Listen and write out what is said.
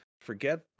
Forget